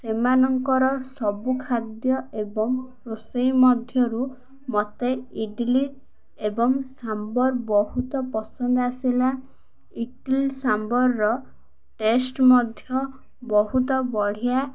ସେମାନଙ୍କର ସବୁ ଖାଦ୍ୟ ଏବଂ ରୋଷେଇ ମଧ୍ୟରୁ ମତେ ଇଟିଲି ଏବଂ ସାମ୍ବର୍ ବହୁତ ପସନ୍ଦ ଆସିଲା ଇଟିଲି ସାମ୍ବରର ଟେଷ୍ଟ୍ ମଧ୍ୟ ବହୁତ ବଢ଼ିଆ